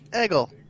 eagle